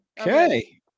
Okay